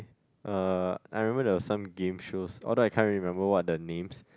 uh I remember there're some game shows although I can't remember what are the names